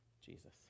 Jesus